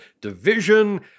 division